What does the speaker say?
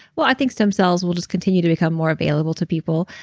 well i think stem cells will just continue to become more available to people.